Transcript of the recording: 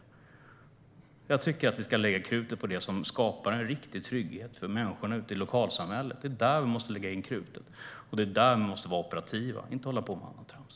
Jag tycker att vi ska lägga krutet på det som skapar en riktig trygghet för människor ute i lokalsamhället. Det är där vi måste lägga krutet, och det är där vi måste vara operativa - inte hålla på med annat trams.